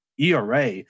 ERA